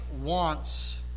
wants